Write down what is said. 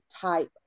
type